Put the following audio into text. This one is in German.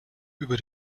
über